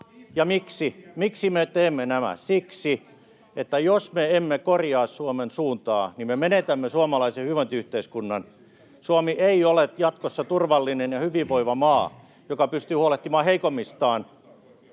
kissanpoikia pesemässä!] Siksi, että jos me emme korjaa Suomen suuntaa, me menetämme suomalaisen hyvinvointiyhteiskunnan. Suomi ei ole jatkossa turvallinen ja hyvinvoiva maa, joka pystyy huolehtimaan heikoimmistaan,